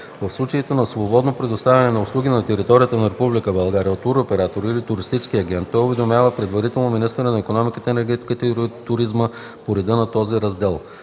В случаите на свободно предоставяне на услуги на територията на Република България от туроператор или туристически агент, той уведомява предварително министъра на икономиката, енергетиката и туризма по реда на този раздел.